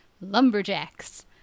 Lumberjacks